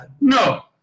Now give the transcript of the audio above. no